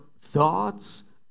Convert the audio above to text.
thoughts